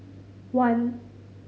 one